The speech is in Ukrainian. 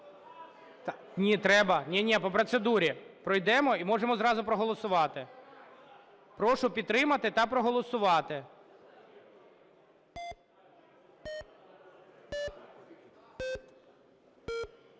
Ні, треба. Ні, ні, по процедурі пройдемо і можемо зразу проголосувати. Прошу підтримати та проголосувати.